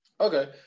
okay